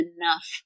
enough